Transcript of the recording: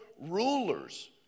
rulers